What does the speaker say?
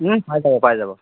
পাই যাব পাই যাব